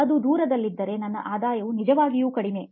ಅದು ದೂರದಲ್ಲಿದ್ದರೆ ನನ್ನ ಆದಾಯವು ನಿಜವಾಗಿ ಕಡಿಮೆ